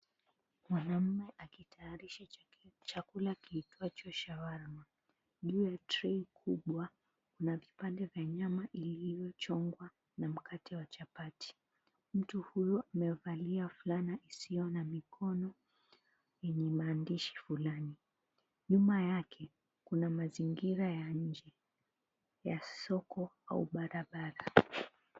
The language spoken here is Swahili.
Mwanaume akitayarisha chakula kiitwacho shawarma. Juu ya tray kubwa. Kuna vipande vya nyama vilivyochongwa na mkate wa chapati. Mtu huyu amevalia fulana isiyo na mikono yenye maandishi fulani. Nyuma yake kuna mazingira ya nje ya soko ama barabara.